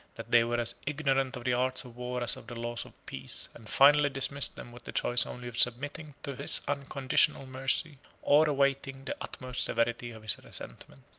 that they were as ignorant of the arts of war as of the laws of peace, and finally dismissed them with the choice only of submitting to this unconditional mercy, or awaiting the utmost severity of his resentment.